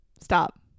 Stop